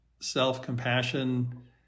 self-compassion